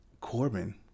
Corbin